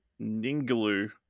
Ningaloo